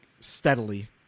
steadily